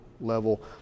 level